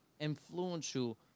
influential